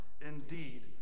Indeed